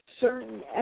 certain